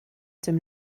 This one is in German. dem